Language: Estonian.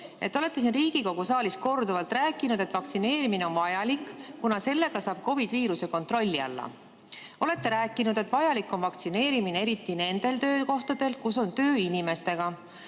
Te olete Riigikogu saalis korduvalt rääkinud, et vaktsineerimine on vajalik, kuna sellega saab COVID‑viiruse kontrolli alla. Olete rääkinud, et vajalik on vaktsineerimine, eriti nendel töökohtadel, kus on töö inimestega: